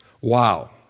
Wow